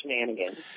shenanigans